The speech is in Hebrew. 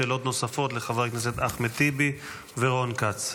שאלות נוספות לחבר הכנסת אחמד טיבי ורון כץ.